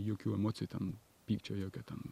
jokių emocijų ten pykčio jokio ten